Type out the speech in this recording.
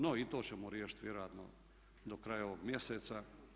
No i to ćemo riješiti vjerojatno do kraja ovog mjeseca.